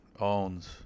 owns